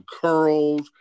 curls